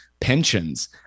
pensions